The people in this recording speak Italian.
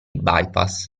bypass